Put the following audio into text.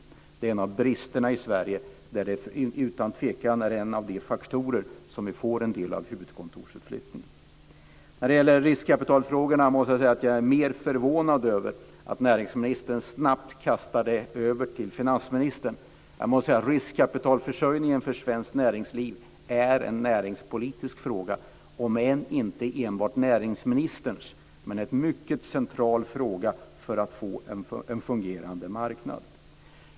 Detta är en av bristerna i Sverige och utan tvekan en av faktorerna bakom en del av huvudkontorsutflyttningen. När det gäller riskkapitalfrågorna måste jag säga att jag är förvånad över att näringsministern så snabbt kastade över detta till finansministern. Riskkapitalförsörjningen för svenskt näringsliv är en näringspolitisk fråga, om än inte enbart näringsministerns. Den är en mycket central fråga för att få en fungerande marknad.